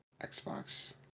Xbox